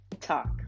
talk